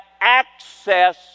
access